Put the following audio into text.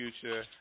future